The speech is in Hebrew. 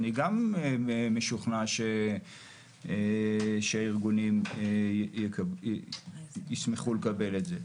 אני גם משוכנע שהארגונים ישמחו לקבל את זה.